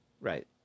Right